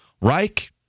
Reich